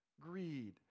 greed